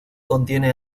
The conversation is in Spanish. contiene